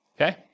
okay